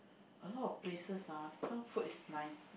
a lot of places ah some food is nice